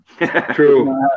True